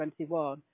2021